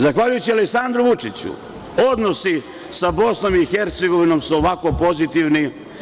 Zahvaljujući Aleksandru Vučiću, odnosi sa BiH su ovako pozitivni.